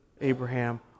Abraham